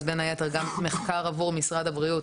אז בין היתר גם מחקר עבור משרד הבריאות,